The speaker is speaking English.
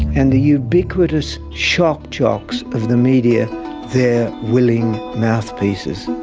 and the ubiquitous shock jocks of the media their willing mouthpieces.